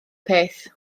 peth